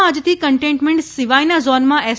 રાજ્યમાં આજથી કન્ટેઈનમેન્ટ સિવાયના ઝોનમાં એસ